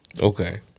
Okay